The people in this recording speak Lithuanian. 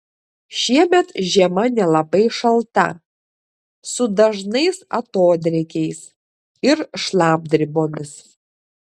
šiemet žiema nelabai šalta su dažnais atodrėkiais ir šlapdribomis